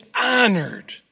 honored